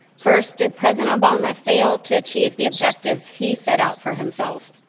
first, did president obama fail to achieve the objectives he set out for himself?